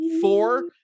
four